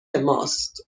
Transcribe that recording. ماست